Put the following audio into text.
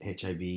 HIV